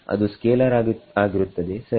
ಅದು ಸ್ಕೇಲಾರ್ ಆಗಿರುತ್ತದೆಸರಿ